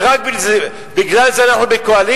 ורק בגלל זה אנחנו בקואליציה.